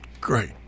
great